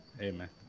amen